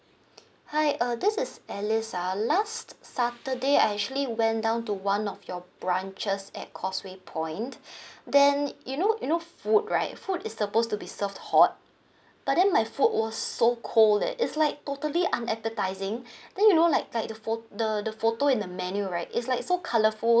hi err this is alice ah last saturday I actually went down to one of your branches at causeway point then you know you know food right food is supposed to be served hot but then my food was so cold leh it's like totally unappetising then you know like like the pho~ the the photo in the menu right is like so colourful